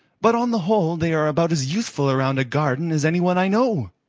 but on the whole they are about as useful around a garden as any one i know.